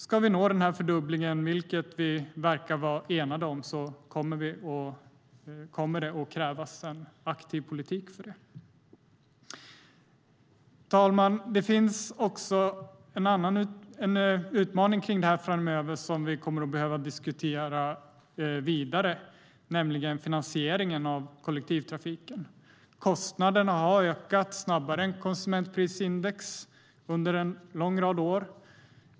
Ska vi nå den här fördubblingen, vilket vi verkar vara eniga om, kommer det att krävas en aktiv politik. Herr talman! Det finns också en utmaning kring det här framöver som vi kommer att behöva diskutera vidare, nämligen finansieringen av kollektivtrafiken. Kostnaderna har ökat snabbare än konsumentprisindex under en lång rad av år.